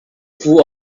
full